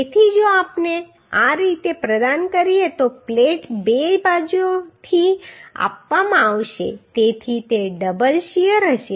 તેથી જો આપણે આ રીતે પ્રદાન કરીએ તો પ્લેટ બે બાજુઓથી આપવામાં આવશે તેથી તે ડબલ શીયર હશે